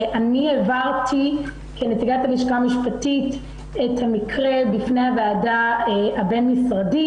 אני העברתי כנציגת הלשכה המשפטית את המקרה בפני הוועדה הבין-משרדית.